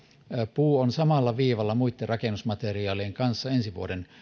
puu on samalla viivalla muitten rakennusmateriaalien kanssa ensi vuoden